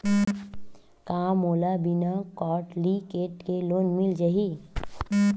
का मोला बिना कौंटलीकेट के लोन मिल जाही?